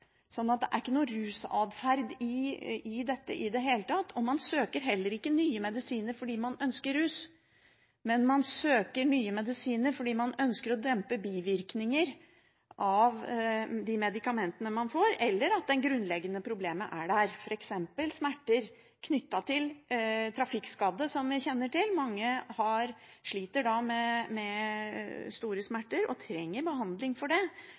det er ikke noe rusadferd i dette i det hele tatt. Man søker heller ikke nye medisiner fordi man ønsker rus, men man søker nye medisiner fordi man ønsker å dempe bivirkninger av de medikamentene man får, eller fordi det grunnleggende problemet er der – f.eks. smerter knyttet til trafikkskadde, som vi kjenner til. Mange sliter da med store smerter og trenger behandling for det,